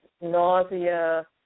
nausea